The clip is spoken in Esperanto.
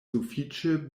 sufiĉe